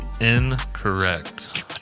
incorrect